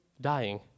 dying